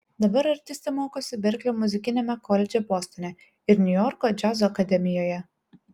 dabar artistė mokosi berklio muzikiniame koledže bostone ir niujorko džiazo akademijoje